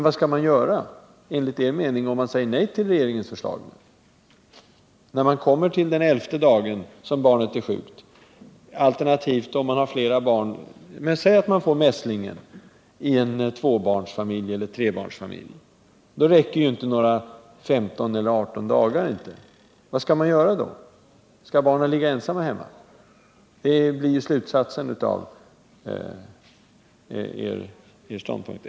Vad menar ni alltså att man skall göra när ni säger nej till regeringens förslag? Vad skall man göra när man kommer till den trettonde dagen då barnet är sjukt eller om man har flera barn? Låt oss säga att man får mässlingen i en tvåeller trebarnsfamilj — då räcker inte några 15 eller 18 dagar. Vad skall man göra då? Skall barnet ligga ensamt hemma? Det blir slutsatsen av er ståndpunkt.